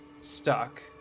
stuck